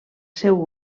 seu